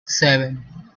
seven